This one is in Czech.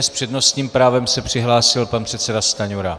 S přednostním právem se přihlásil pan předseda Stanjura.